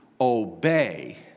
obey